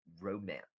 romance